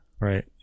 Right